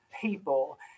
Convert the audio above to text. people